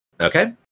Okay